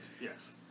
yes